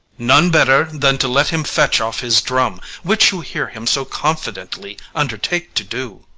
none better than to let him fetch off his drum, which you hear him so confidently undertake to do.